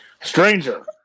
Stranger